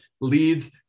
leads